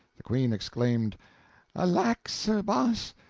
the queen exclaimed alack, sir boss,